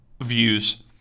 views